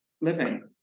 living